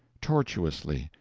tortuously,